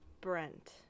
Brent